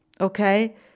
okay